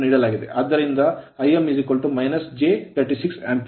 ಆದ್ದರಿಂದ Im j 36 Ampere ampere